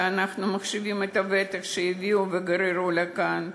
ואנחנו מחשיבים את הוותק שהביאו וגררו לכאן,